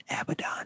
Abaddon